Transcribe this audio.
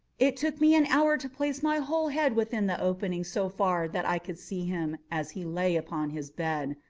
it took me an hour to place my whole head within the opening so far that i could see him as he lay upon his bed.